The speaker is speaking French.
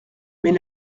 mais